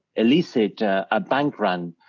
elicit a bank run